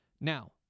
Now